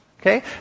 Okay